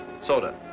Soda